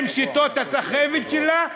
עם שיטות הסחבת שלה.